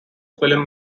film